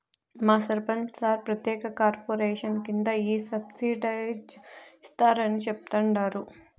మా సర్పంచ్ సార్ ప్రత్యేక కార్పొరేషన్ కింద ఈ సబ్సిడైజ్డ్ ఇస్తారని చెప్తండారు